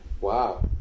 Wow